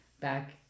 back